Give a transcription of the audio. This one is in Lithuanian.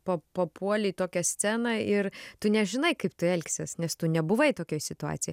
pa papuoli į tokią sceną ir tu nežinai kaip tu elgsies nes tu nebuvai tokioj situacijoj